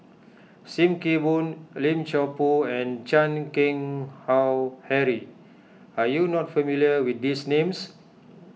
Sim Kee Boon Lim Chor Pu and Chan Keng Howe Harry are you not familiar with these names